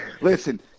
Listen